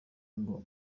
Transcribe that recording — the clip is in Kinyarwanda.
ngo